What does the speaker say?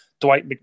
Dwight